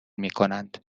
میکنند